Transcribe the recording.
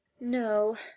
No